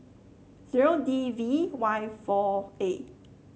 zero D V Y four A